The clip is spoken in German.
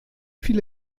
viele